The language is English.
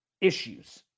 issues